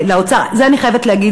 את זה אני חייבת להגיד.